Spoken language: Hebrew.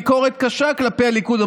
ביקורת קשה כלפי הליכוד.